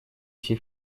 все